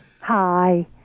Hi